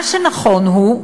מה שנכון הוא,